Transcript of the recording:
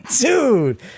dude